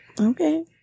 Okay